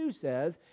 says